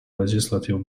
legislative